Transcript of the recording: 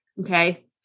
Okay